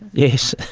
yes,